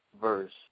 verse